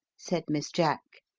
said miss jack.